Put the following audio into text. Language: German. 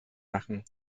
machen